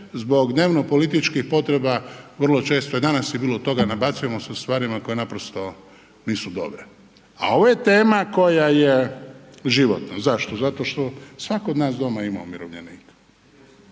zbog dnevnopolitičkih potreba vrlo često, a danas je bilo toga, nabacujemo se stvarima koje naprosto nisu dobre. A ovo je tema koja je životna. Zašto? Zato što svako od nas doma ima umirovljenika